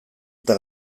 eta